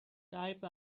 type